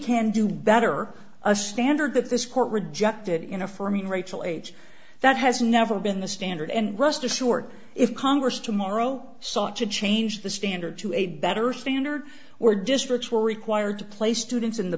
can do better a standard that this court rejected you know for me rachel age that has never been the standard and rest assured if congress tomorrow sought to change the standard to a better standard or districts were required to play students in the